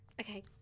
Okay